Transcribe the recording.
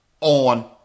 on